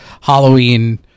Halloween